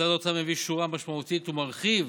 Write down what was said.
משרד האוצר מביא בשורה משמעותית ומרחיב